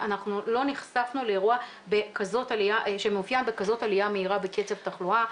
אנחנו לא נחשפנו לאירוע שמאופיין בכזאת עלייה מהירה בקצב תחלואה.